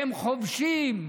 שהם חובשים,